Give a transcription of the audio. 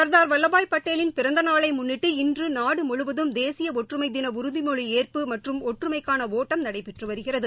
சர்தார் வல்லபாய் பட்டேலின் பிறந்தநாளை முன்னிட்டு இன்று நாடு முழுவதும் தேசிய ஒற்றுமை தின உறுதிமொழி ஏற்பு மற்றும் ஒற்றுமைக்கான ஓட்டம் நடைபெற்று வருகிறது